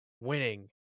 winning